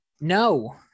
No